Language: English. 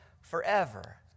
forever